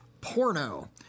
porno